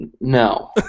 No